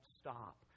stop